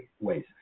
ways